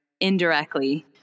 indirectly